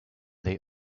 they